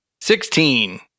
Sixteen